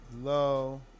low